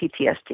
PTSD